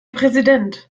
präsident